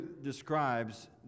describes